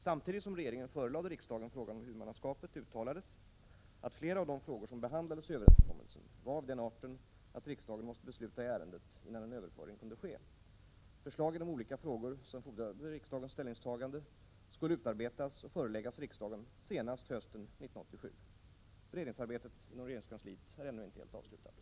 Samtidigt som regeringen förelade riksdagen frågan om huvudmannaskapet uttalades att flera av de frågor som behandlades i överenskommelsen var av den arten att riksdagen måste besluta i ärendet innan en överföring kunde ske. Förslag i de olika frågor som fordrade riksdagens ställningstagande skulle utarbetas och föreläggas riksdagen senast hösten 1987. Beredningsarbetet inom regeringskansliet är ännu inte helt avslutat.